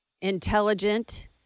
intelligent